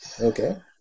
Okay